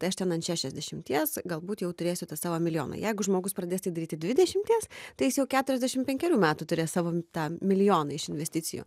tai aš ten ant šešiasdešimties galbūt jau turėsiu tą savo milijoną jeigu žmogus pradės tai daryti dvidešimties tai jis jau keturiasdešim penkerių metų turės savo tą milijoną iš investicijų